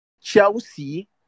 Chelsea